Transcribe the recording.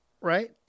Right